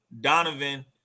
Donovan